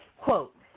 Quote